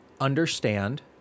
understand